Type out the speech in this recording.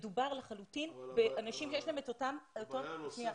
מדובר לחלוטין באנשים שיש להם את אותם --- אבל הבעיה הנוספת,